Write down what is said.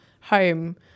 home